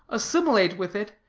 assimilate with it,